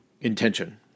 intention